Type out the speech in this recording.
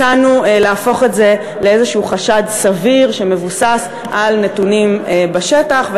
הצענו להפוך את זה לאיזשהו חשד סביר שמבוסס על נתונים בשטח.